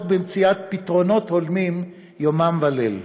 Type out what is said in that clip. במציאת פתרונות הולמים יומם וליל.